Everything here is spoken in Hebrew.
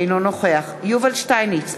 אינו נוכח יובל שטייניץ,